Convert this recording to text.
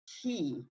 key